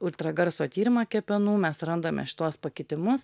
ultragarso tyrimą kepenų mes randame šituos pakitimus